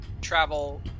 Travel